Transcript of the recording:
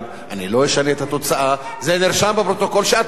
אני לא אשנה את התוצאה, נרשם בפרוטוקול שאת בעד.